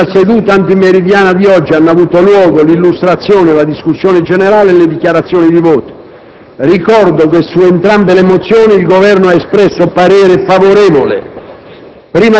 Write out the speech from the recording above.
Nella seduta antimeridiana hanno avuto luogo l'illustrazione, la discussione e le dichiarazioni di voto. Ricordo che su entrambe le mozioni il Governo ha espresso parere favorevole.